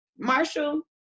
Marshall